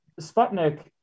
Sputnik